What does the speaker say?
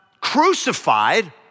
crucified